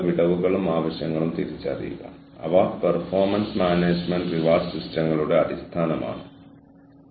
ഇത് ചെലവ് കുറയ്ക്കൽ ജോലിക്ക് വേണ്ടിയുള്ള യാത്ര മുതലായവയ്ക്ക് കാരണമാകുകയും ബാധിക്കുകയും ചെയ്യുന്നു